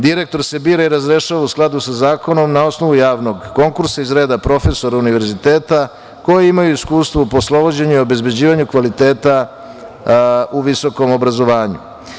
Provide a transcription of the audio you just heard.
Direktor se bira i razrešava u skladu sa zakonom na osnovu javnog konkursa iz reda profesora univerziteta koji imaju iskustvo u poslovođenju i obezbeđivanju kvaliteta u visokom obrazovanju.